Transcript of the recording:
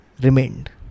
remained